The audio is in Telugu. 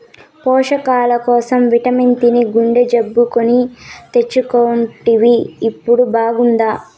పోషకాల కోసం మటన్ తిని గుండె జబ్బు కొని తెచ్చుకుంటివి ఇప్పుడు బాగుండాదా